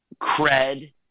cred